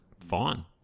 fine